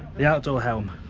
the outdoor helm,